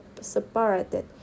separated